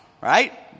right